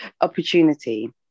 opportunity